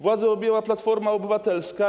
Władzę objęła Platforma Obywatelska.